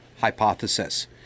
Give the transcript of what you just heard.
Hypothesis